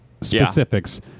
specifics